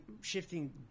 shifting